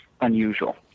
unusual